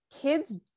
kids